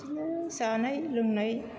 बिदिनो जानाय लोंनाय